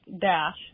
dash